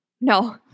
No